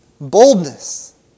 Boldness